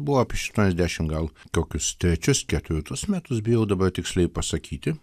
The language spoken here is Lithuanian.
buvo apie aštuoniasdešim gal kokius trečius ketvirtus metus bijau dabar tiksliai pasakyti